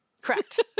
Correct